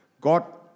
God